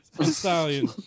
Stallion